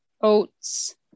oats